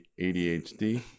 ADHD